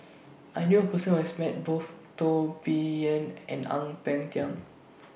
I knew A Person Who has Met Both Teo Bee Yen and Ang Peng Tiam